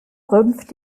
rümpft